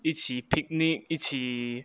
一起 picnic 一起